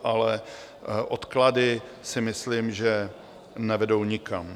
Ale odklady myslím, že nevedou nikam.